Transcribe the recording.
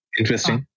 interesting